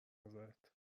نظرت